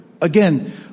again